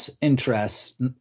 interests